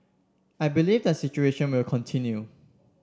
I believe the situation will continue